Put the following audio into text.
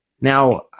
Now